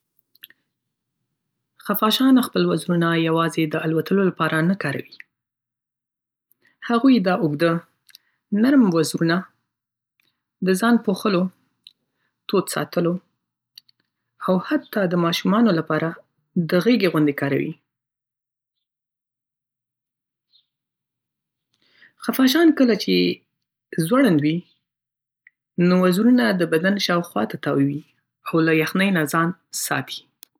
خفاشان خپل وزرونه یوازې د الوتلو لپاره نه کاروي. هغوی دا اوږده، نر م وزرونه د ځان پوښلو، تود ساتلو، او حتی د ماشومانو لپاره د غېږې غوندې کاروي. خفاشان کله چې ځوړند وي، نو وزرونه د بدن شاوخوا تاووي او له یخنۍ نه ځان ساتي.